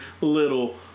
little